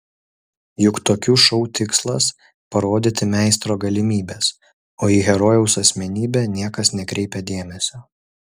juk tokių šou tikslas parodyti meistro galimybes o į herojaus asmenybę niekas nekreipia dėmesio